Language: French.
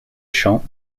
champs